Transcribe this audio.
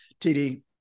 TD